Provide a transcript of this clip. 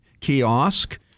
kiosk